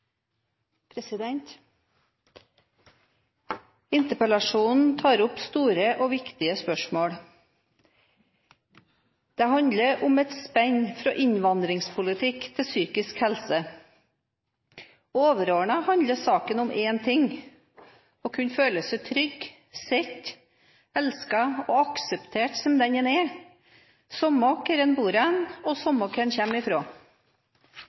Interpellasjonen tar opp store og viktige spørsmål. Det handler om et spenn fra innvandringspolitikk til psykisk helse. Overordnet handler saken om å kunne føle seg trygg, sett, elsket og akseptert som den man er, samme hvor man bor og hvor man kommer fra. Statsråden har redegjort godt for regjeringens tiltak og